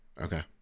okay